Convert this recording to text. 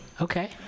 Okay